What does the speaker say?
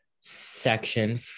section